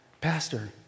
Pastor